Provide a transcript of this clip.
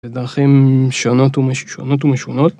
דרכים שונות ומ... שונות ומשונות.